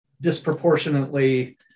disproportionately